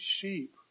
sheep